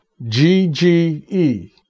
GGE